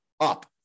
up